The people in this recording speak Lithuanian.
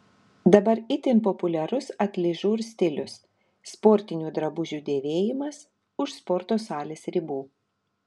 dabar itin populiarus atližur stilius sportinių drabužių dėvėjimas už sporto salės ribų